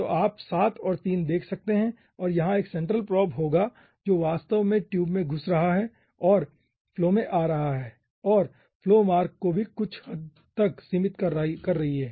तो आप 7 और 3 देख सकते हैं और यहां एक सेंट्रल प्रोब होगा जो वास्तव में ट्यूब में घुस रहा है और फ्लो में आ रहा है और फ्लो मार्ग को भी कुछ हद तक सीमित कर रही है